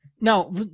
Now